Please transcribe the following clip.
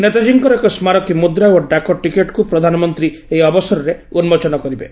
ନେତାଜୀଙ୍କର ଏକ ସ୍ମାରକୀ ମୁଦ୍ରା ଓ ଡାକଟିକେଟ୍କୁ ପ୍ରଧାନମନ୍ତ୍ରୀ ଏହି ଅବସରରେ ଉନ୍କୋଚନ କରିବେ